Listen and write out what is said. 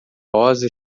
rosa